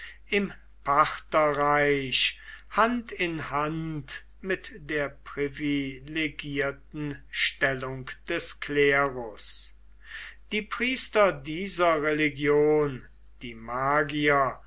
im partherreich hand in hand mit der privilegierten stellung des klerus die priester dieser religion die magier